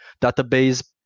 database